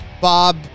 Bob